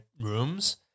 rooms